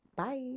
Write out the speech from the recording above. Bye